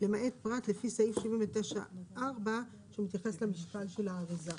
למעט פרט לפי סעיף 79.4 שמתייחס למשקל של האריזה,